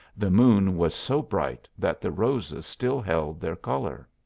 the moon was so bright that the roses still held their color.